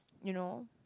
you know